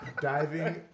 Diving